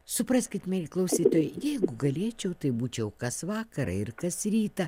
supraskit mieli klausytojai jeigu galėčiau tai būčiau kas vakarą ir kas rytą